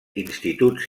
instituts